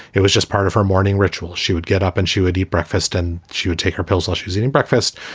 it was just part of her morning ritual. she would get up and she would eat breakfast and she would take her pills. she was eating breakfast.